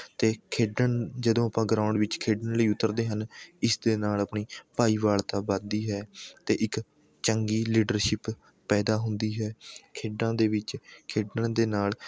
ਅਤੇ ਖੇਡਣ ਜਦੋਂ ਆਪਾਂ ਗਰਾਊਂਡ ਵਿੱਚ ਖੇਡਣ ਲਈ ਉਤਰਦੇ ਹਨ ਇਸ ਦੇ ਨਾਲ਼ ਆਪਣੀ ਭਾਈਵਾਲਤਾ ਵੱਧਦੀ ਹੈ ਅਤੇ ਇੱਕ ਚੰਗੀ ਲੀਡਰਸ਼ਿਪ ਪੈਦਾ ਹੁੰਦੀ ਹੈ ਖੇਡਾਂ ਦੇ ਵਿੱਚ ਖੇਡਣ ਦੇ ਨਾਲ਼